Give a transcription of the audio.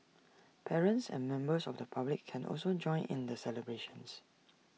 parents and members of the public can also join in the celebrations